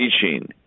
teaching